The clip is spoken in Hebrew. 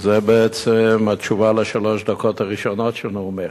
וזה בעצם התשובה לשלוש דקות הראשונות של נאומך.